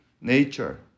nature